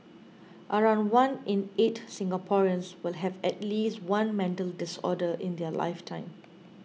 around one in eight Singaporeans will have at least one mental disorder in their lifetime